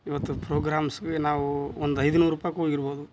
ಇವತ್ತು ಪ್ರೋಗ್ರಾಮ್ಸ್ಗೆ ನಾವೂ ಒಂದು ಐದ್ನೂರು ರೂಪಾಯ್ಗೆ ಹೋಗಿರ್ಬೋದು